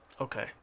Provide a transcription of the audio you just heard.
Okay